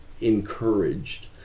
encouraged